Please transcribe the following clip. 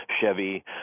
Chevy